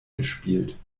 gespielt